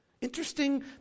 Interesting